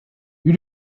you